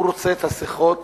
הוא רוצה את שיחות